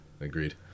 Agreed